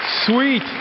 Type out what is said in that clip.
Sweet